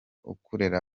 kurera